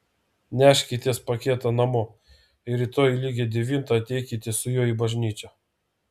neškitės paketą namo ir rytoj lygiai devintą ateikite su juo į bažnyčią